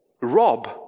rob